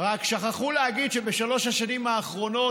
רק שכחו להגיד שבשלוש השנים האחרונות,